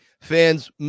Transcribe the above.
fans